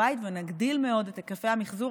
בבית ונגדיל מאוד את היקפי המחזור.